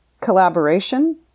collaboration